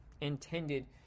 intended